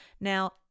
Now